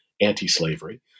anti-slavery